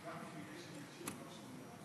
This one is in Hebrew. שלוש דקות, בבקשה.